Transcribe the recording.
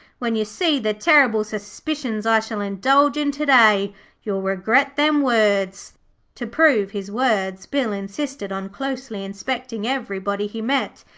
when you see the terrible suspicions i shall indulge in to-day you'll regret them words to prove his words bill insisted on closely inspecting everybody he met,